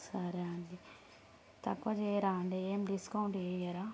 సరే అండీ తక్కువ చేయరా అండీ ఏమి డిస్కౌంట్ చేయరా